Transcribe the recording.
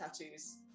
tattoos